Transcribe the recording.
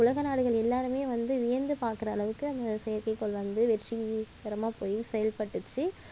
உலக நாடுகள் எல்லாருமே வந்து வியந்து பார்க்குறளவுக்கு அந்த செயற்கைகோள் வந்து வெற்றிகரமாக போய் செயல்பட்டுடுச்சி